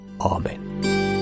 Amen